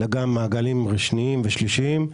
אלא גם מעגלים שניים ושלישיים,